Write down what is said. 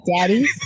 daddy